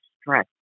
stress